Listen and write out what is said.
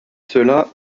cela